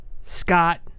Scott